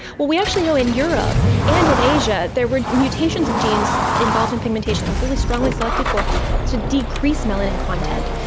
well, we actually know in europe and in asia there were mutations of genes involved in pigmentation that were really strongly selected for to decrease melanin content.